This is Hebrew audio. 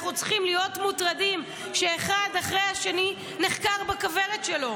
אנחנו צריכים להיות מוטרדים שאחד אחרי השני נחקרים בכוורת שלו.